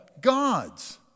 gods